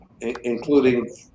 including